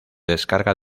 descarga